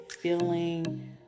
feeling